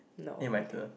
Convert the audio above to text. eh my turn